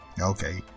Okay